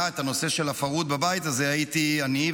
את הנושא של הפרהוד בבית הזה היה אני,